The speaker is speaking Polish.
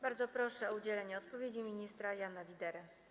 Bardzo proszę o udzielenie odpowiedzi ministra Jana Widerę.